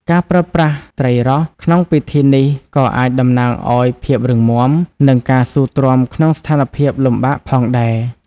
ការប្រើប្រាស់ត្រីរ៉ស់ក្នុងពិធីនេះ ក៏អាចតំណាងឱ្យភាពរឹងមាំ និងការស៊ូទ្រាំក្នុងស្ថានភាពលំបាកផងដែរ។